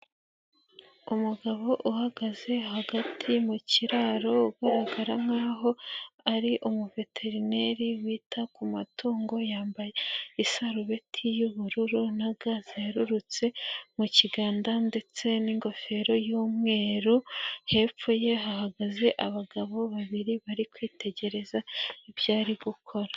Umugabo uhagaze hagati mu kiraro ugaragara nk'aho ari umuveterineri wita ku matungo, yambaye isarubeti y'ubururu na ga zerurutse mu kiganza ndetse n'ingofero y'umweru, hepfo ye hahagaze abagabo babiri bari kwitegereza ibyo ari gukora.